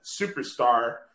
superstar